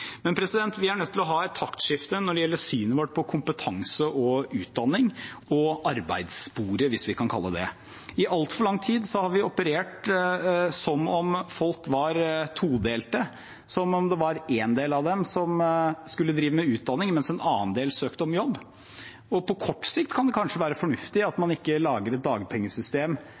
Men vi er nødt til å ha et taktskifte når det gjelder synet vårt på kompetanse og utdanning og arbeidssporet, hvis vi kan kalle det det. I altfor lang tid har vi operert som om folk var todelte, som om det var en del av dem som skulle drive med utdanning, mens en annen del søkte om jobb. På kort sikt kan det kanskje være fornuftig at man ikke lager et dagpengesystem